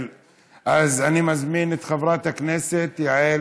אז אני מזמין את חברת הכנסת יעל